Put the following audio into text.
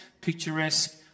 picturesque